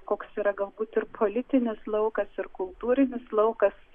koks yra galbūtir politinis laukas ir kultūrinis laukas